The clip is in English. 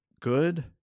good